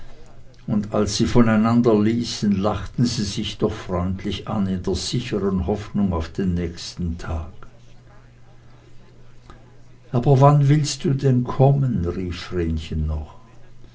und als sie voneinander ließen lachten sie sich doch freundlich an in der sicheren hoffnung auf den nächsten tag aber wann willst du denn kommen rief vrenchen noch